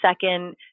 second